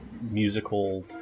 musical